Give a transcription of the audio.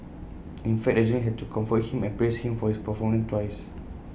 in fact the journalist had to comfort him and praise him for his performance twice